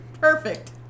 Perfect